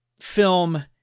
film